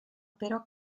però